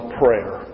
prayer